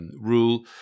rule